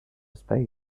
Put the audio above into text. space